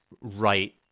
right